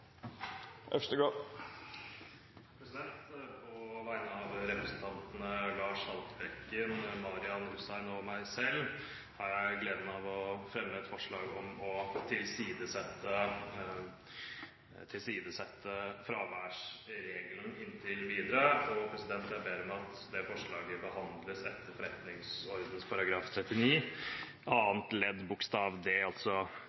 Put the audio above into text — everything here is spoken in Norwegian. På vegne av representantene Lars Haltbrekken, Marian Hussein og meg selv har jeg gleden av å fremme et forslag om å tilsidesette fraværsregelen inntil videre. Jeg ber om at forslaget behandles etter forretningsordenens § 39 annet ledd c, altså